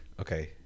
Okay